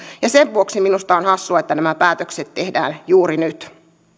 sen vuoksi minusta on hassua että nämä päätökset tehdään juuri nyt